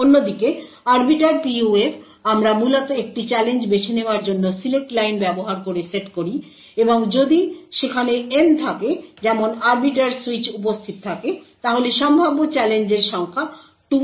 অন্যদিকে arbiter PUF আমরা মূলত একটি চ্যালেঞ্জ বেছে নেওয়ার জন্য সিলেক্ট লাইন ব্যবহার করে সেট করি এবং যদি সেখানে N থাকে যেমন আরবিটার সুইচ উপস্থিত থাকে তাহলে সম্ভাব্য চ্যালেঞ্জের সংখ্যা 2N